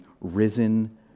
risen